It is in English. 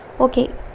Okay